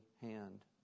hand